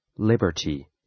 Liberty